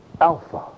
Alpha